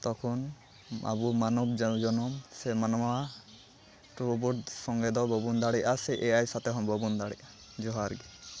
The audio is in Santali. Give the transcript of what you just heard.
ᱛᱚᱠᱷᱚᱱ ᱟᱵᱚ ᱢᱟᱱᱚᱵᱽ ᱡᱚᱱᱚᱢ ᱥᱮ ᱢᱟᱱᱣᱟ ᱨᱳᱵᱳᱴ ᱥᱚᱸᱜᱮᱫᱚ ᱵᱟᱵᱚᱱ ᱫᱟᱲᱮᱜᱼᱟ ᱥᱮ ᱮ ᱟᱭ ᱥᱚᱛᱮᱡᱦᱚᱸ ᱵᱟᱵᱚᱱ ᱫᱟᱲᱮᱜᱼᱟ ᱡᱚᱦᱟᱨᱜᱮ